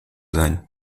sein